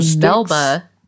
Melba